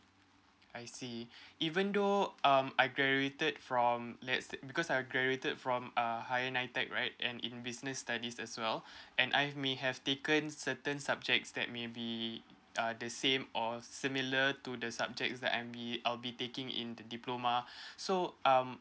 I see even though um I'm graduated from let's because I graduated from a higher nitec right and in business studies as well and I've may have taken certain subjects that maybe uh the same or similar to the subject that I'm be I'll be taking in the diploma so um